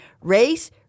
race